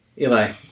Eli